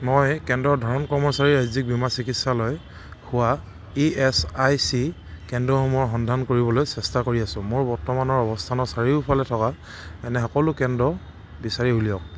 মই কেন্দ্ৰৰ ধৰণ কৰ্মচাৰীৰ ৰাজ্যিক বীমা চিকিৎসালয় হোৱা ই এছ আই চি কেন্দ্ৰসমূহৰ সন্ধান কৰিবলৈ চেষ্টা কৰি আছোঁ মোৰ বৰ্তমানৰ অৱস্থানৰ চাৰিওফালে থকা এনে সকলো কেন্দ্ৰ বিচাৰি উলিয়াওক